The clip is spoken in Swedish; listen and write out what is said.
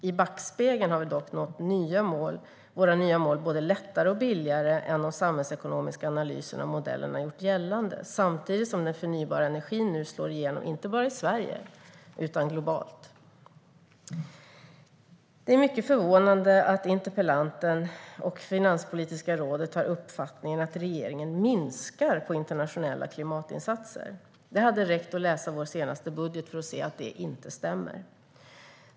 I backspegeln har vi dock nått våra nya mål både lättare och billigare än de samhällsekonomiska analyserna och modellerna har gjort gällande, samtidigt som den förnybara energin nu slår igenom inte bara i Sverige utan globalt. Det är mycket förvånande att interpellanten och Finanspolitiska rådet har uppfattningen att regeringen minskar på internationella klimatinsatser. Det hade räckt att läsa vår senaste budget för att se att det inte stämmer.